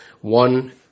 One